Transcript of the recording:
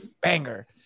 banger